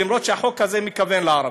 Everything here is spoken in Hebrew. למרות שהחוק הזה מכוון לערבים.